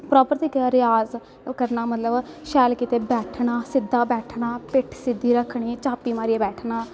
proper तरीके दा रिआज़ करना मतलव शैल कीते बैठना सिध्दे बैठना पिट्ठ सिध्दी रक्खनी चापी मारियै बैठना